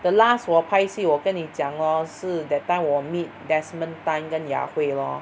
the last 我拍戏我跟你讲 ah 是 that time 我 meet Desmond Tan 跟 Ya Hui lor